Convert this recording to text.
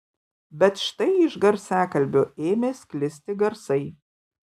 bet štai iš garsiakalbio ėmė sklisti garsai